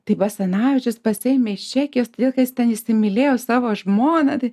tai basanavičius pasiėmė iš čekijos todėl kad jis ten įsimylėjo savo žmoną tai